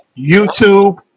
YouTube